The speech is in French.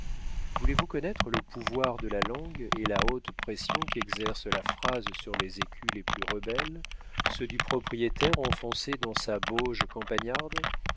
voulez-vous connaître le pouvoir de la langue et la haute pression qu'exerce la phrase sur les écus les plus rebelles ceux du propriétaire enfoncé dans sa bauge campagnarde